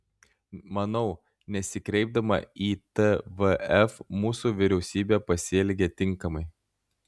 manau nesikreipdama į tvf mūsų vyriausybė pasielgė tinkamai